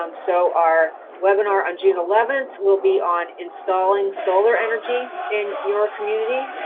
um so our webinar on june eleventh will be on installing solar energy in your community.